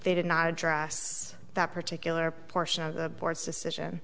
they did not address that particular portion of the board's decision